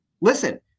listen